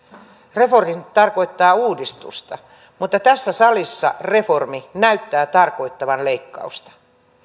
reformi tarkoittaa uudistusta mutta tässä salissa reformi näyttää tarkoittavan leikkausta